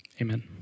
Amen